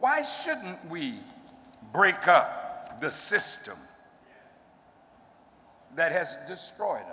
why shouldn't we break up the system that has destroyed